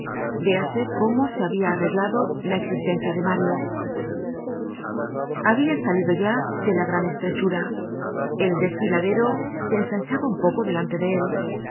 véase cómo se habia arreglado la existencia de mario habia salido ya de la gran estrechura el desfiladero se ensanchaba un poco delante de él